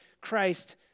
Christ